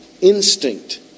instinct